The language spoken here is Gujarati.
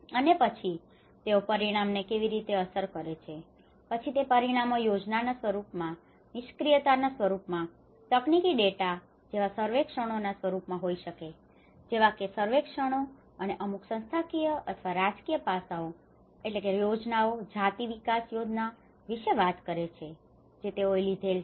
અને પછી તેઓ પરિણામોને કેવી રીતે અસર કરે છે પછી તે પરિણામો યોજનાઓના સ્વરૂપમાં નિષ્ક્રિયતાના સ્વરૂપમાં તકનીકી ડેટા જેવા સર્વેક્ષણોના સ્વરૂપમાં હોઈ શકે છે જેવા કે સર્વેક્ષણો અને અમુક સંસ્થાકીય અથવા રાજકીય પાસાઓ એટલે કે યોજનાઓ જાતિ વિકાસ યોજનાઓ વિશે તેઓ વાત કરે છે જે તેઓએ લીધેલ છે